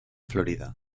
florida